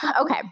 Okay